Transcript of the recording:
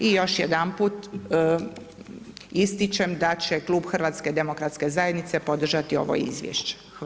I još jedanput ističem da će Klub HDZ-a podržati ovo izvješće.